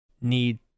need